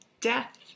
death